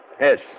Yes